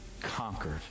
conquered